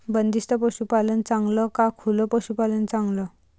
बंदिस्त पशूपालन चांगलं का खुलं पशूपालन चांगलं?